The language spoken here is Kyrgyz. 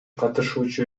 катышуучу